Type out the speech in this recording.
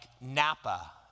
Napa